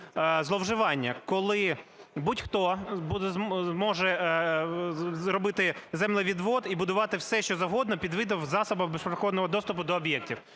зловживання, коли будь-хто зможе зробити землевідвід і будувати все, що завгодно, під видом засобів безперешкодного доступу до об'єктів.